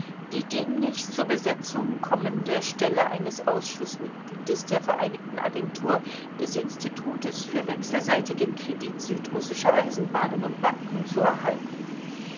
die demnächst zur besetzung kommende stelle eines ausschußmitgliedes der vereinigten agentur des institutes für wechselseitigen kredit südrussischer eisenbahnen und banken zu erhalten